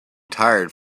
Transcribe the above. tired